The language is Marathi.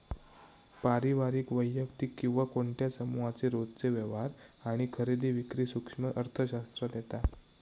पारिवारिक, वैयक्तिक किंवा कोणत्या समुहाचे रोजचे व्यवहार आणि खरेदी विक्री सूक्ष्म अर्थशास्त्रात येता